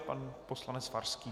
Pan poslanec Farský.